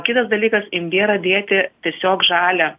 kitas dalykas imbierą dėti tiesiog žalią